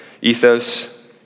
Ethos